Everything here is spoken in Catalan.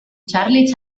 charlie